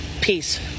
peace